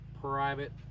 private